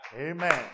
amen